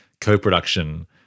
co-production